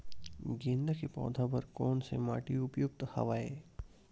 गेंदा के पौधा बर कोन से माटी उपयुक्त हवय?